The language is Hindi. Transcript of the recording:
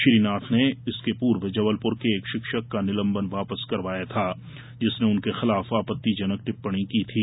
श्री नाथ ने इसके पूर्व जबलपुर के एक शिक्षक का निलंबन वापस करवाया था जिसने उनके खिलाफ आपत्तिजनक टिप्पणी की थी